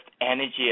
energy